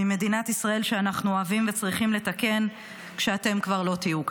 ממדינת ישראל שאנחנו אוהבים וצריכים לתקן כשאתם כבר לא תהיו כאן.